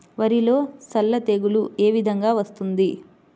వరిలో సల్ల తెగులు ఏ విధంగా వస్తుంది?